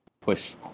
push